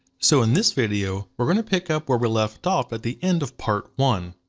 so in this video, we're going to pick up where we left off at the end of part one.